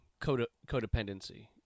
codependency